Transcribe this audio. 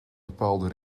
bepaalde